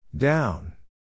Down